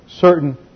certain